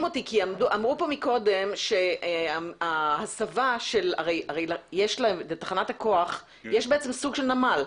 אותי כי אמרו כאן קודם שבתחנת הכוח יש בעצם סוג של נמל.